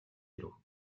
ирэв